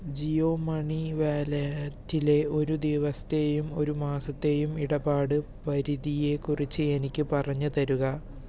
Jio money വാലറ്റിലെ ഒരു ദിവസത്തെയും ഒരു മാസത്തെയും ഇടപാട് പരിധിയെക്കുറിച്ച് എനിക്ക് പറഞ്ഞുതരുക